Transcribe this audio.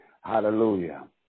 Hallelujah